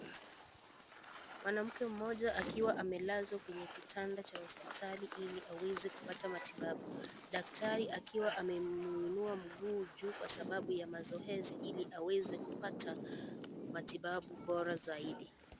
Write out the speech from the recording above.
Mwanamke mmoja akiwa amelazwa kwenye kitanda cha hospitali ili aweze kupata matibabu. Daktari akiwa amemuinua mguu kwa sababu ya mazoezi ili aweze kupata matibabu bora zaidi.